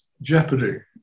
jeopardy